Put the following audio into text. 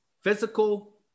physical